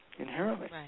Inherently